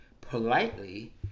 politely